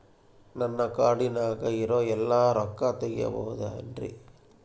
ನನ್ನ ಕಾರ್ಡಿನಾಗ ಇರುವ ಎಲ್ಲಾ ರೊಕ್ಕ ತೆಗೆಯಬಹುದು ಏನ್ರಿ?